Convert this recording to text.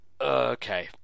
Okay